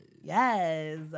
Yes